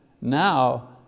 Now